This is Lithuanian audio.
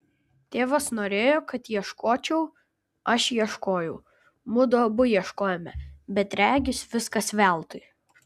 tėvas norėjo kad ieškočiau aš ieškojau mudu abu ieškojome bet regis viskas veltui